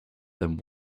then